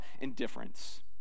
indifference